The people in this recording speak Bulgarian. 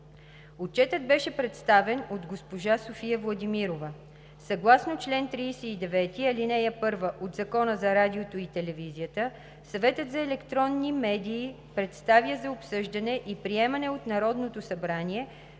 Отчетът беше представен от госпожа София Владимирова. Съгласно чл. 39, ал. 1 от Закона за радиото и телевизията Съветът за електронни медии представя за обсъждане и приемане от Народното събрание